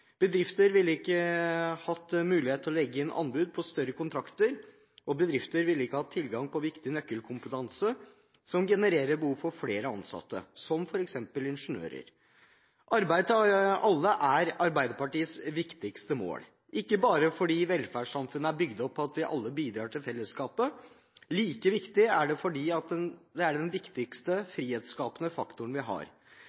Bedrifter ville ikke hatt mulighet til å legge inn anbud på større kontrakter, og bedrifter ville ikke hatt tilgang på viktig nøkkelkompetanse som genererer behov for flere ansatte, som f.eks. ingeniører. Arbeid til alle er Arbeiderpartiets viktigste mål, ikke bare fordi velferdssamfunnet er bygd på at vi alle bidrar til fellesskapet. Like viktig er det at det er den viktigste